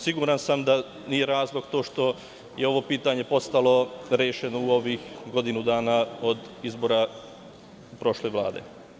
Siguran sam da nije razlog to što je ovo pitanje postalo rešeno u ovih godinu dana, od izbora prošle Vlade.